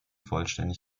vollständig